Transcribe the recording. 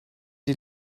die